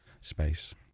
space